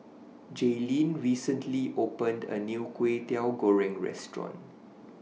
Jaelynn recently opened A New Kway Teow Goreng Restaurant